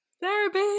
Therapy